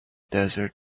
desert